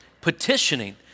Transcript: petitioning